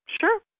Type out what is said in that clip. sure